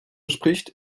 spricht